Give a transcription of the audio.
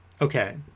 Okay